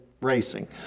racing